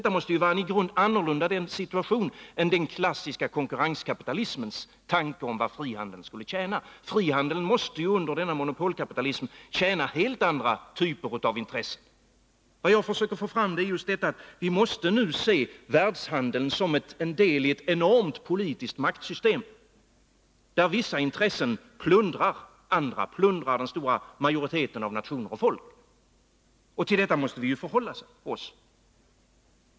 Detta måste vara en i grunden annorlunda situation än den klassiska konkurrenskapitalismens tanke om vad frihandeln skulle tjäna. Frihandeln måste ju under denna monopolkapitalism tjäna helt andra typer av intressen. Vad jag försöker få fram är just att vi nu måste se världshandeln som en del av ett enormt politiskt maktsystem, där vissa intressen plundrar den stora majoriteten av nationer och folk, och till detta måste vi förhålla oss.